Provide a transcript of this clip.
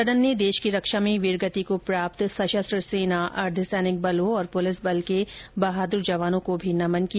सदन ने देश की रक्षा में वीरगति को प्राप्त सशस्त्र सेना अर्द्द सैनिक बलों और पुलिस बल के बहादुर जवानों को भी नमन किया